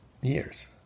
Years